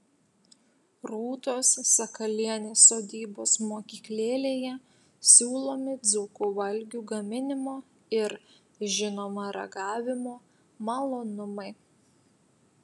rūtos sakalienės sodybos mokyklėlėje siūlomi dzūkų valgių gaminimo ir žinoma ragavimo malonumai